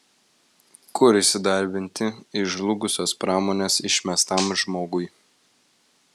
kur įsidarbinti iš žlugusios pramonės išmestam žmogui